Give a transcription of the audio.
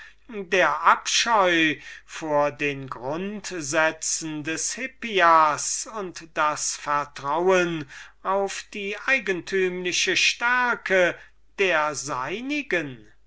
der abscheu vor den grundsätzen des hippias und das vertrauen auf die eigentümliche stärke der seinigen